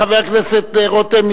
חבר הכנסת רותם,